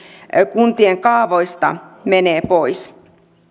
kuntien kaavoista nyt menee pois